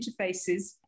interfaces